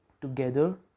together